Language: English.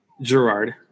Gerard